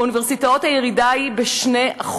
באוניברסיטאות הירידה היא ב-2%,